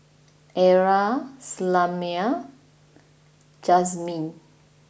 Arra Selmer Jazmyn